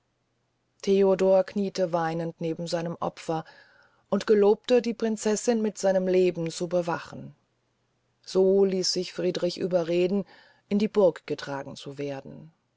theodor kniete weinend neben seinem opfer und gelobte die prinzessin mit seinem leben zu bewachen so ließ sich friedrich überreden in die burg getragen zu werden